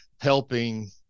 helping